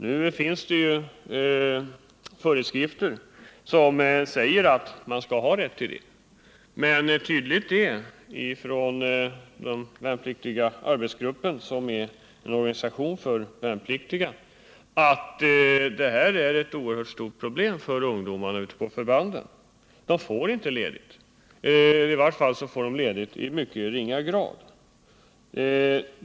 Det finns föreskrifter som medger rätt till sådan ledighet, men enligt Värnpliktiga arbetsgruppen, som är en värnpliktsorganisation, är detta ett oerhört stort problem för ungdomarna ute på förbanden. De får inte ledigt annat än i mycket ringa utsträckning.